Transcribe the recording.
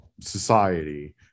society